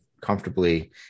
comfortably